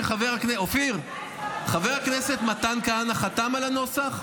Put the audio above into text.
אופיר, חבר הכנסת מתן כהנא חתם על הנוסח?